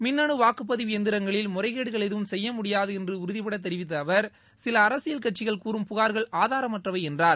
மின்னனு வாக்குப்பதிவு எந்திரங்களில் முறைகேடுகள் எதுவும் செய்ய முடியாது என்று உறுதிபட தெரிவித்த அவர் சில அரசியல் கட்சிகள் கூறும் புகார்கள் ஆதாரமற்றவை என்றார்